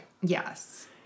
Yes